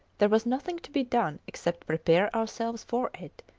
there was nothing to be done except prepare ourselves for it,